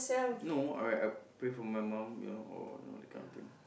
no alright I would pray for my mum you know or you know that kind of thing